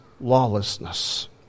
lawlessness